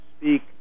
speak